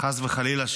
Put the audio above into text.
חס וחלילה,